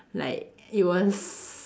like it was